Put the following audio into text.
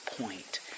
point